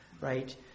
right